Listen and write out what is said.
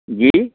जी